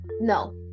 No